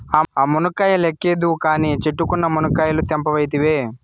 ఆ మునక్కాయ లెక్కేద్దువు కానీ, చెట్టుకున్న మునకాయలు తెంపవైతివే